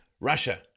russia